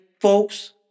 folks